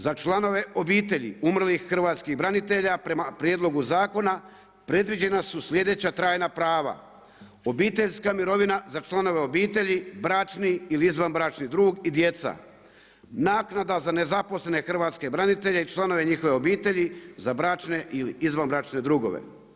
Za članove obitelji umrlih hrvatskih branitelja prema prijedlogu zakona predviđena su sljedeća trajna prava, obiteljska mirovina za članove obitelji, bračni ili izvanbračni drug i djeca, naknada za nezaposlene hrvatske branitelje i članove njihovih obitelji, za bračne ili izvanbračne drugove.